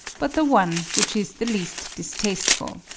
but the one which is the least distasteful.